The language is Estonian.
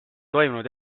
toimunud